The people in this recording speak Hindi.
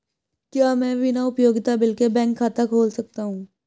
क्या मैं बिना उपयोगिता बिल के बैंक खाता खोल सकता हूँ?